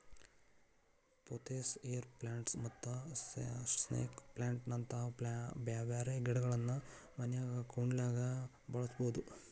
pothos, air plants ಮತ್ತ snake plant ನಂತ ಬ್ಯಾರ್ಬ್ಯಾರೇ ಗಿಡಗಳನ್ನ ಮನ್ಯಾಗ ಕುಂಡ್ಲ್ದಾಗ ಬೆಳಸಬೋದು